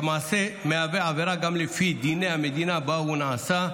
שהמעשה מהווה עבירה גם לפי דיני המדינה שבה הוא נעשה,